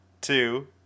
Two